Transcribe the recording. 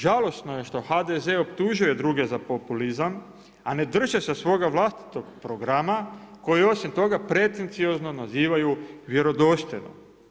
Žalosno je što HDZ optužuje druge za populizam, a ne drže se svoga vlastitog programa koji osim toga pretenciozno nazivaju „Vjerodostojno“